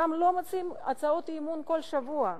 שם לא מציעים הצעות אי-אמון בממשלה בכל שבוע.